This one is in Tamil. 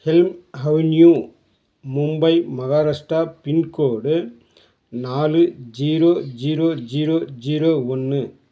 Elm avenue Mumbai Maharashtra pincode நாலு ஜீரோ ஜீரோ ஜீரோ ஜீரோ ஒன்று